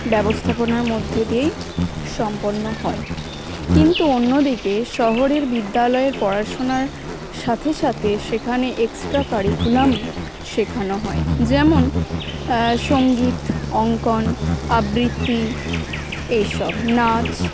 ব্যবস্থাপনার মধ্যে দিয়েই সম্পন্ন হয় কিন্তু অন্য দিকে শহরের বিদ্যালয়ের পড়াশুনার সাথে সাথে সেখানে এক্সট্রা কারিকুলাম শেখানো হয় যেমন সঙ্গীত অঙ্কন আবৃত্তি এইসব নাচ